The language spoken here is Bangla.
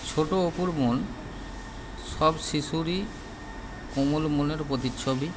ছোট অপুর মন সব শিশুরই কোমল মনের প্রতিচ্ছবি